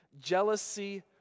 jealousy